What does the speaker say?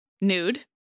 nude